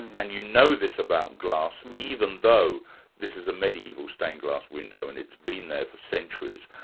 and you know this about glass, even though this is a mediaeval stained-glass window, and it's been there for centuries,